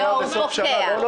לא,